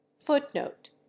Footnote